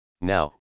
Now